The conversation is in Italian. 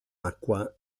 acqua